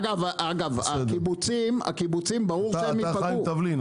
אגב הקיבוצים ברור שהם ייפגעו.